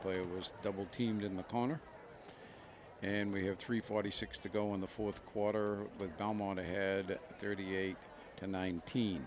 player was double team in the corner and we have three forty six to go in the fourth quarter but belmont ahead thirty eight to nine